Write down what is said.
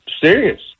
serious